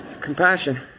Compassion